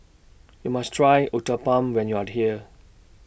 YOU must Try Uthapam when YOU Are here